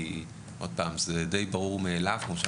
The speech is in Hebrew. ונדרשים